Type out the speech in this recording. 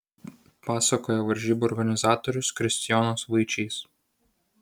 pasakoja varžybų organizatorius kristijonas vaičys